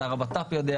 שר הבט"פ יודע.